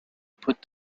put